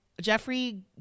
Jeffrey